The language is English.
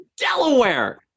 Delaware